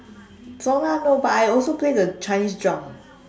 唢呐 no but I also play the chinese drum